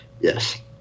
Yes